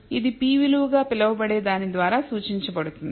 ఇది P విలువగా పిలువబడే దాని ద్వారా సూచించబడుతుంది